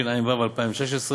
התשע"ו 2016,